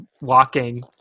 walking